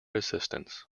assistance